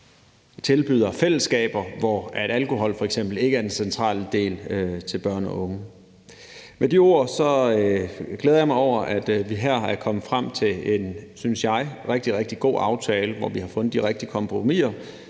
tilbyder fællesskaber, hvor alkohol f.eks. ikke er den centrale del til børn og unge. Med de ord glæder jeg mig over, at vi her at kommet frem til en, synes jeg, rigtig, rigtig god aftale, hvor vi har fundet de rigtige kompromiser,